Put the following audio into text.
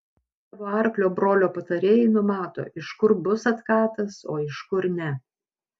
tavo arklio brolio patarėjai numato iš kur bus atkatas o iš kur ne